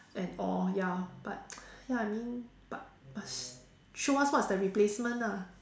and all ya but ya I mean but must show us what's the replacement ah